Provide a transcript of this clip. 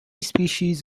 species